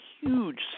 huge